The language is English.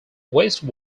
waste